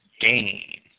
gain